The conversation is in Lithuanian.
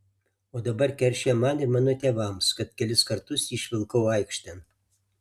o dabar keršija man ir mano tėvams kad kelis kartus jį išvilkau aikštėn